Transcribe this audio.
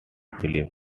films